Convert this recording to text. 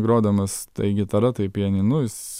grodamas tai gitara tai pianinu jis